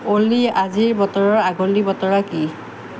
অ'লি আজিৰ বতৰৰ আগলি বতৰা কি